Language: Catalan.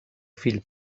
fill